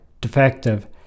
defective